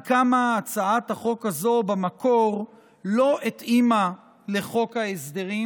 כמה הצעת החוק הזאת במקור לא התאימה לחוק ההסדרים,